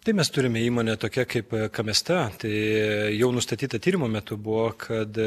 tai mes turime įmonę tokia kaip kamesta tai jau nustatyta tyrimo metu buvo kad